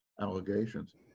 allegations